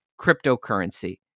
cryptocurrency